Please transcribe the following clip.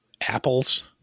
apples